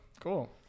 Cool